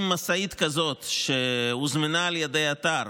אם משאית כזאת שהוזמנה על ידי אתר